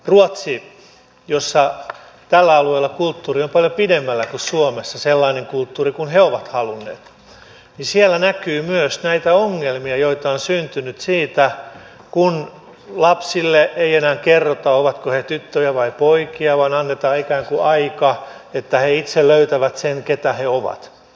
ruotsissa jossa tällä alueella kulttuuri on paljon pidemmällä kuin suomessa sellainen kulttuuri kuin he ovat halunneet näkyy myös näitä ongelmia joita on syntynyt siitä kun lapsille ei enää kerrota ovatko he tyttöjä vai poikia vaan annetaan ikään kuin aikaa että he itse löytävät keitä he ovat